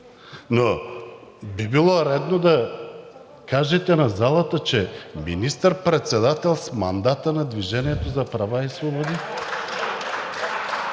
Но би било редно да кажете на залата – министър-председател с мандата на „Движение за права и свободи“.